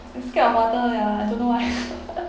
he scared of water ya I don't know why